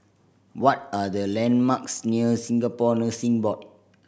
what are the landmarks near Singapore Nursing Board